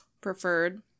preferred